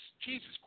Jesus